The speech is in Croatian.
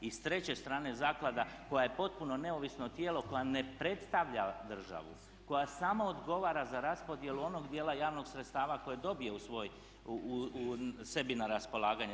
I s treće strane zaklada koja je potpuno neovisno tijelo, koja ne predstavlja državu, koja samo odgovara za raspodjelu onog dijela javnog sredstava koje dobije sebi na raspolaganje.